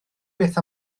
beth